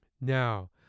Now